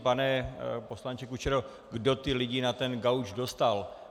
Pane poslanče Kučero, kdo ty lidi na ten gauč dostal?